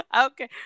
okay